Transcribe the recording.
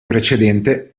precedente